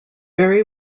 very